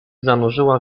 zanurzyła